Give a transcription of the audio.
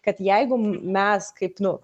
kad jeigu m mes kaip nu